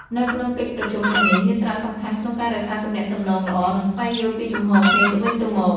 នៅក្នុងកិច្ចប្រជុំទាំងនេះមានសារៈសំខាន់ក្នុងការរក្សាទំនាក់ទំនងល្អ និងស្វែងយល់ពីជំហរគ្នាទៅវិញទៅមក។